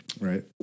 Right